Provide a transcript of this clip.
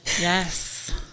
yes